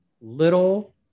little